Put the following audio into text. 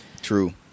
True